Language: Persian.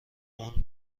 اون